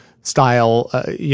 style